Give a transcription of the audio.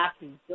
happy